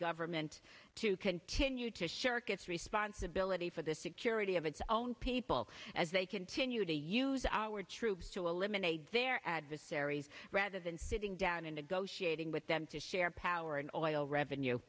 government to continue to shirk its responsibility for the security of its own people as they continue to use our troops to eliminate their adversaries rather than sitting down in negotiating with them to share power and oil revenue